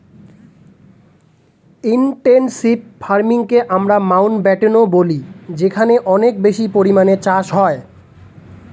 intensive ফার্মিংকে আমরা মাউন্টব্যাটেনও বলি যেখানে অনেক বেশি পরিমাণে চাষ হয়